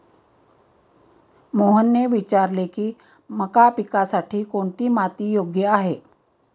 मोहनने विचारले की मका पिकासाठी कोणती माती योग्य आहे?